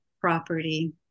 property